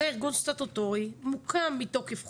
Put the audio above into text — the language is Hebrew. זה ארגון סטטוטורי, מוקם מתוקף חוק,